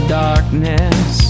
darkness